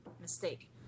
Mistake